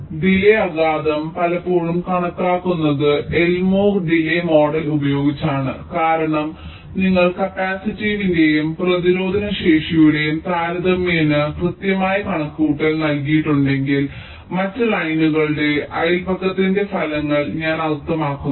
ഇപ്പോൾ ഡിലേയ് ആഘാതം പലപ്പോഴും കണക്കാക്കുന്നത് എൽമോർ ഡിലേയ് മോഡൽ ഉപയോഗിച്ചാണ് കാരണം നിങ്ങൾ കപ്പാസിറ്റീവിന്റെയും പ്രതിരോധശേഷിയുടെയും താരതമ്യേന കൃത്യമായ കണക്കുകൂട്ടൽ നൽകിയിട്ടുണ്ടെങ്കിൽ മറ്റ് ലൈനുകളുടെ അയൽപക്കത്തിന്റെ ഫലങ്ങൾ ഞാൻ അർത്ഥമാക്കുന്നു